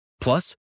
Plus